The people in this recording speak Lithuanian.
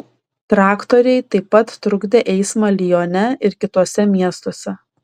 traktoriai taip pat trukdė eismą lione ir kituose miestuose